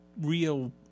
real